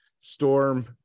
Storm